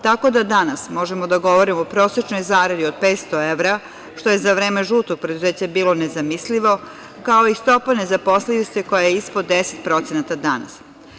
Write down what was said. Tako da danas možemo da govorimo o prosečnoj zaradi od 500 evra, što je za vreće žutog preduzeća bilo nezamislivo kao i stopa nezaposlenosti koja je ispod 10% danas.